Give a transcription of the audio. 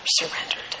surrendered